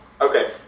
Okay